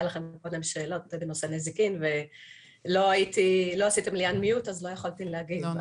לכם קודם שאלה בנושא נזיקין ולא עשיתם לי unmute אז לא יכולתי להגיב.